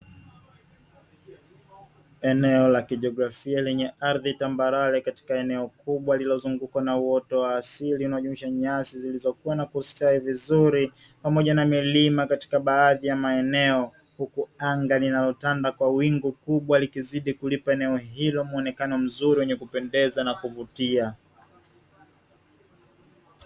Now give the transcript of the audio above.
Eneo la kijiografia lenye ardhi tambarare katika eneo kubwa lililozungukwa na wote wa asili inayojumuisha nyasi zilizokuwa na kustawi vizuri pamoja na milima katika baadhi ya maeneo huku anga linalotanda kwa wingu kubwa likizidi kulipa eneo hilo muonekano mzuri wenye kupendeza na kuvutia.